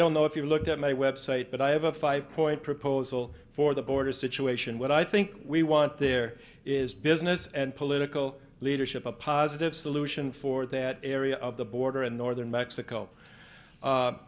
don't know if you looked at my website but i have a five point proposal for the border situation what i think we want there is business and political leadership a positive solution for that area of the border and northern mexico